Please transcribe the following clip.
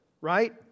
right